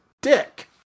dick